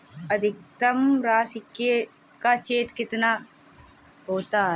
अधिकतम राशि का चेक कितना होता है?